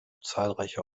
zahlreiche